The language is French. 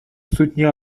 soutenir